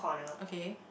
okay